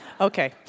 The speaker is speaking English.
Okay